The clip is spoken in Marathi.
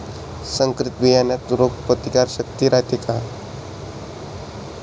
संकरित बियान्यात रोग प्रतिकारशक्ती रायते का?